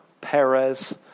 Perez